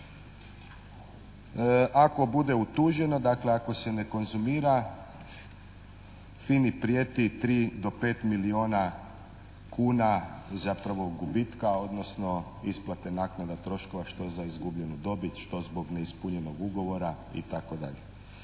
Ako bude utuženo, dakle ako se ne konzumira, FINA-i prijeti 3 do 5 milijuna kuna zapravo gubitka, odnosno isplate naknada troškova što za izgubljenu dobit, što zbog neispunjenog ugovora itd.